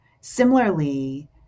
similarly